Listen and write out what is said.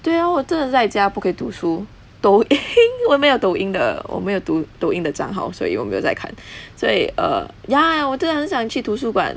对 lor 我真的在家不可以读书抖音我没有抖音的我没有抖音的帐号所以我没有在看所以 err ya 我真的很想去读书 but